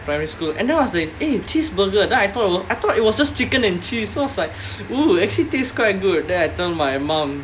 primary school and then I was like eh cheeseburger then I thought it was I thought it was just chicken and cheese so I was like oo actually taste quite good then I tell my mom